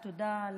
בתודה.